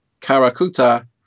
karakuta